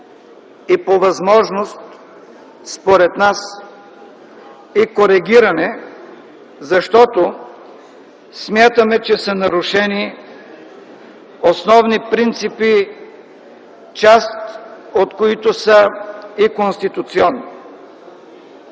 и по възможност, според нас, и коригиране, защото смятаме, че са нарушени основни принципи, част от които са и конституционни.